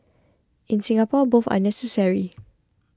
in Singapore both are necessary